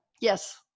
Yes